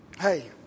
Hey